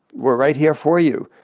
we're right here for you.